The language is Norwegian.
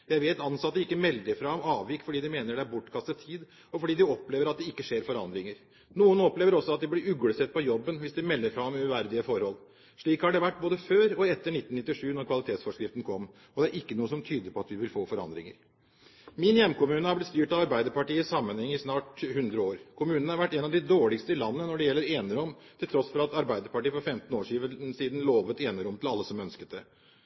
Jeg vet ansatte ikke melder fra om avvik, fordi de mener det er bortkastet tid, og fordi de opplever at det ikke skjer forandringer. Noen opplever også at de blir uglesett på jobben hvis de melder fra om uverdige forhold. Slik har det vært både før og etter 1997, da kvalitetsforskriften kom, og det er ikke noe som tyder på at vi vil få forandringer. Min hjemkommune har blitt styrt av Arbeiderpartiet sammenhengende i snart 100 år. Kommunen har vært en av de dårligste i landet når det gjelder enerom, til tross for at Arbeiderpartiet for 15 år siden lovet enerom til alle som ønsket det.